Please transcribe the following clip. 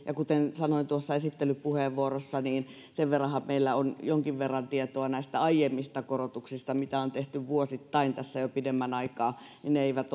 ja kuten sanoin tuossa esittelypuheenvuorossa meillä on jonkin verran tietoa näistä aiemmista korotuksista mitä on tehty vuosittain tässä jo pidemmän aikaa ja ne ne eivät